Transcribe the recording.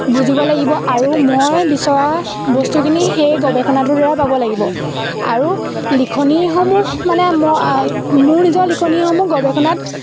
বুজিব লাগিব আৰু মই বিচৰা বস্তুখিনি সেই গৱেষণাটোৰ দ্বাৰা পাব লাগিব আৰু লিখনিসমূহ মানে মই মোৰ নিজৰ লিখনিসমূহ গৱেষণাত